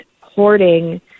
hoarding